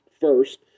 First